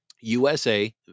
USA